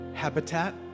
habitat